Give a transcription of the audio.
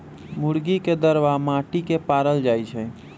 मुर्गी के दरबा माटि के पारल जाइ छइ